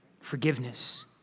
forgiveness